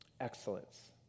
excellence